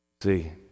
See